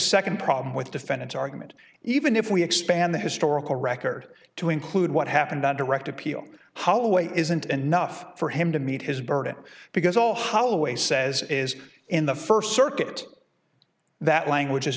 second problem with defendants argument even if we expand the historical record to include what happened on direct appeal holloway isn't enough for him to meet his burden because all holloway says is in the first circuit that language is